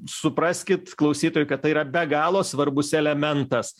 supraskit klausytojai kad tai yra be galo svarbus elementas